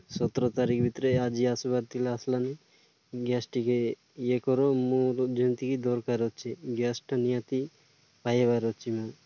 ସତର ତାରିଖ ଭିତରେ ଆଜି ଆସିବାର ଥିଲା ଆସିଲାନି ଗ୍ୟାସ୍ ଟିକିଏ ଇଏ କରିବ ମୋର ଯେମିତିକି ଦରକାର ଅଛି ଗ୍ୟାସ୍ଟା ନିହାତି ପାଇବାର ଅଛି ମୁଁ